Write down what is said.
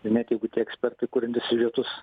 ir net jeigu tie ekspertai kuriantys siužetus